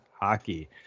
hockey